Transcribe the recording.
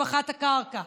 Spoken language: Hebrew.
מתוכם חצי זה השבחת הקרקע,